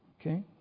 Okay